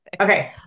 Okay